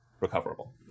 recoverable